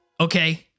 okay